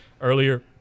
earlier